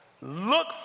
look